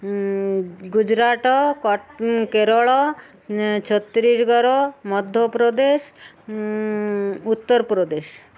Gujarat Kerala Chhattisgarh Madhya Pradesh Uttar Pradesh